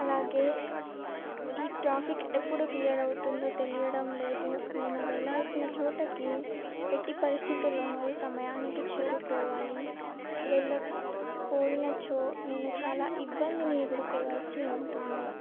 అలాగే ఈ ట్రాఫిక్ ఎప్పుడు క్లియర్ అవుతుందో తెలియడం లేదు నేను వెళ్ళాల్సిన చోటికి ఎట్టి పరిస్థితుల్లోను సమయానికి చేరుకోవాలి వెళ్ళక పోయినచో నేను చాలా ఇబ్బందిని ఎదురుకోవాల్సి ఉంటుంది